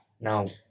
Now